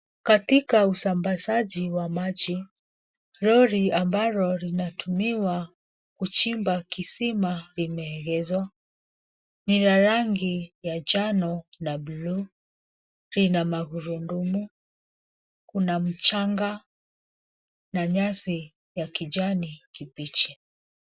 Katika usambazaji wa maji lori ambalo linatumiwa kuchimba kisima limeegezwa. Ni la rangi ya njano na buluu. Lina magurudumu. Kuna mchanga na nyasi ya kijani kibichi.